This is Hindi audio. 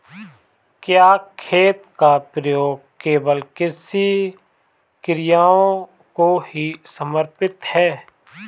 क्या खेत का प्रयोग केवल कृषि प्रक्रियाओं को ही समर्पित है?